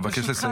אבקש לסיים.